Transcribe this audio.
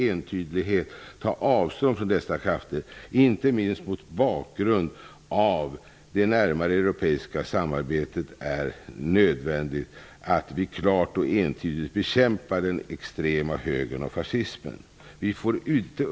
Sveriges statsminister bör självklart ta avstånd från dessa krafter. Inte minst mot bakgrund av det europeiska samarbetet är det nödvändigt att vi klart och entydigt bekämpar den extrema högern och fascismen.